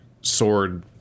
sword